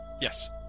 Yes